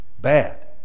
bad